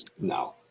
No